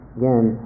again